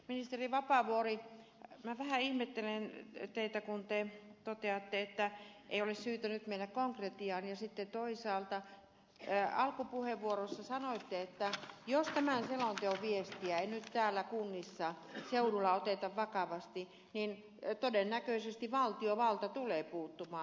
ministeri vapaavuori minä vähän ihmettelen teitä kun te toteatte että ei ole syytä nyt mennä konkretiaan ja sitten toisaalta alkupuheenvuorossanne sanoitte että jos tämän selonteon viestiä ei nyt tällä seudulla oteta vakavasti niin todennäköisesti valtiovalta tulee puuttumaan asiaan